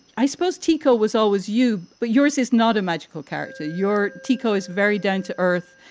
i suppose teco was always you. but yours is not a magical character. your teco is very down to earth.